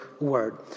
word